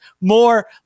more